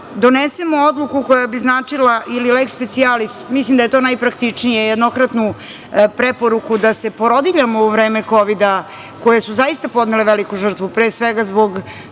donesemo odluku koja bi značila ili leks specijalis, mislim da je to najpraktičnije, jednokratnu preporuku da se porodiljama u vreme kovida, koje su zaista podnele veliku žrtvu, pre svega zbog